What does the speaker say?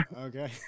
Okay